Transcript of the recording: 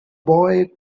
boy